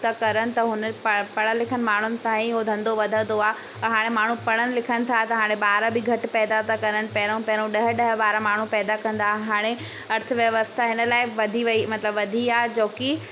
था कनि त हुन पढ़ पढ़ियलु लिखियलु माण्हुनि सां ई उहो धंधो वधंदो त हाणे माण्हू पढ़नि लिखनि था त हाणे ॿार बि घटि पैदा था कनि पहिरियों पहिरियों ॾह ॾह ॿार माण्हू पैदा कंदा हाणे अर्थव्यवस्था हिन लाइ वधी वई मतिलबु वधी आहे जो की